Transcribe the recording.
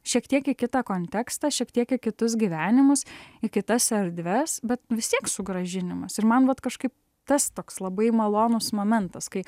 šiek tiek į kitą kontekstą šiek tiek į kitus gyvenimus į kitas erdves bet vis tiek sugrąžinimas ir man vat kažkaip tas toks labai malonus momentas kai